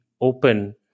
open